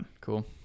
Cool